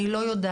אני לא יודעת,